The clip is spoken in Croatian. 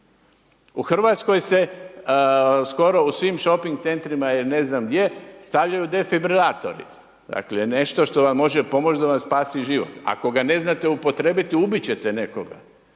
U Hrvatskoj se skoro u svim shopping centrima ili ne znam gdje stavljaju defibrilatori, dakle nešto što vam može pomoć da vam spasi život. Ako ga ne znate upotrijebiti ubit ćete nekoga,